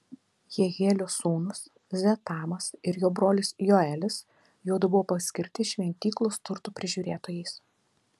jehielio sūnūs zetamas ir jo brolis joelis juodu buvo paskirti šventyklos turtų prižiūrėtojais